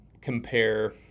compare